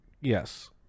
Yes